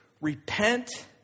Repent